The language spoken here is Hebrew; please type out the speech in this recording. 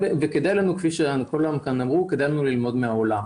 כדאי לנו, כפי שכולם כאן אמרו, ללמוד מהעולם.